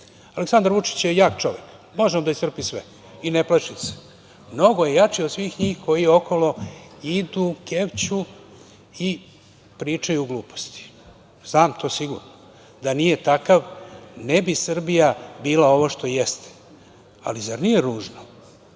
Aleksandar Vučić je jak čovek. Može on da istrpi sve i ne plaši se. Mnogo je jači od svih njih koji okolo idu, kevću i pričaju gluposti. Znam to sigurno. Da nije takav ne bi Srbija bila ovo što jeste. Zar nije ružno